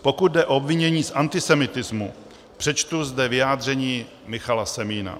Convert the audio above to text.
Pokud jde o obvinění z antisemitismu, přečtu zde vyjádření Michala Semína: